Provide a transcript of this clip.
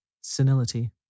senility